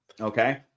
Okay